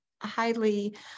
highly